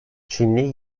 çinli